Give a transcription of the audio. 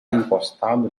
encostado